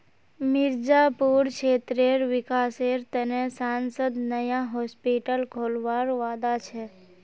मिर्जापुर क्षेत्रेर विकासेर त न सांसद नया हॉस्पिटल खोलवार वादा छ